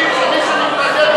אם תאפשרו.